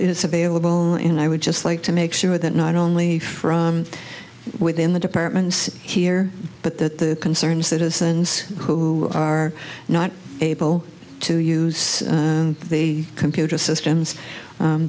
is available in i would just like to make sure that not only from within the departments here but the concerned citizens who are not able to use the computer systems